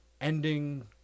Ending